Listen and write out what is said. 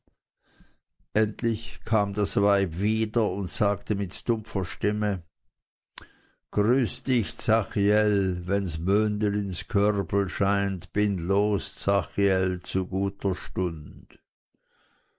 endlich kam das weib wieder und sagte mit dumpfer stimme grüß dich zachiel wenns möndel ins körbel scheint bind los zachiel zu guter stund